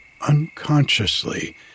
unconsciously